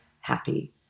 happy